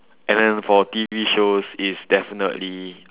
and then for T_V shows it's definitely